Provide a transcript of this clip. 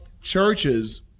churches